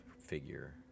figure